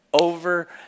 over